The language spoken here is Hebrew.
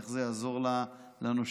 איך זה יעזור לנושה?